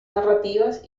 narrativas